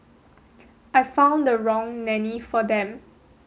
I found the wrong nanny for them